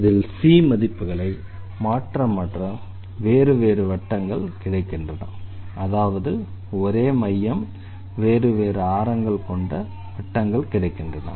இதில் c மதிப்புகளை மாற்ற மாற்ற வேறு வேறு வட்டங்கள் கிடைக்கின்றன அதாவது ஒரே மையம் வேறு வேறு ஆரங்கள் கொண்ட வட்டங்கள் கிடைக்கின்றன